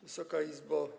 Wysoka Izbo!